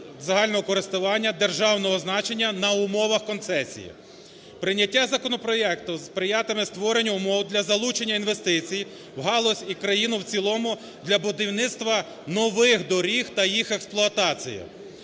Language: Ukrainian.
загального користування державного значення на умовах концесії. Прийняття законопроекту сприятиме створенню умов для залучення інвестицій в галузь і країну в цілому для будівництва нових доріг та їх експлуатацію.